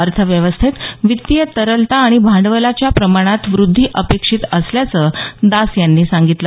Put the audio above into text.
अर्थव्यवस्थेत वित्तीय तरलता आणि भांडवलाच्या प्रमाणात व्रद्धी अपेक्षित असल्याचं दास यांनी सांगितलं